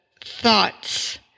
thoughts